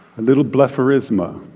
a little blepharisma.